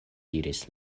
diris